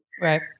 Right